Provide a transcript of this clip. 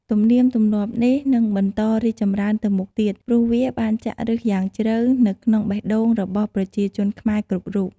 ទំនៀមទម្លាប់នេះនឹងបន្តរីកចម្រើនទៅមុខទៀត ព្រោះវាបានចាក់ឫសយ៉ាងជ្រៅនៅក្នុងបេះដូងរបស់ប្រជាជនខ្មែរគ្រប់រូប។